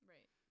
Right